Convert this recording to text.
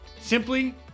simply